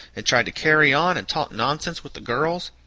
and tried to carry on and talk nonsense with the girls,